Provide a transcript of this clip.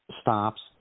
stops